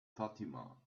fatima